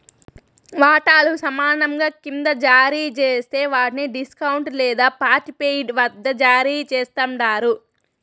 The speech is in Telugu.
వాటాలు సమానంగా కింద జారీ జేస్తే వాట్ని డిస్కౌంట్ లేదా పార్ట్పెయిడ్ వద్ద జారీ చేస్తండారు